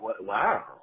Wow